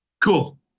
Cool